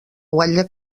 guatlla